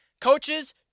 Coaches